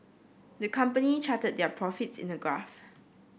the company charted their profits in a graph